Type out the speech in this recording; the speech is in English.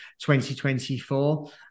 2024